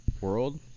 world